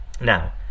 Now